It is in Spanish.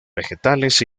vegetales